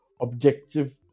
objective